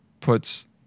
puts